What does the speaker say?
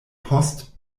post